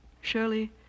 Shirley